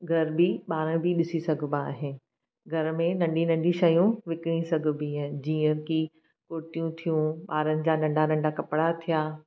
घरु बि ॿारु बि ॾिसी सघबा आहिनि घर में नंढियूं नंढियूं शयूं विकिणी सघिबी आहिनि जीअं की उट्यूं थियूं ॿारनि जा नंढा नंढा कपिड़ा थिया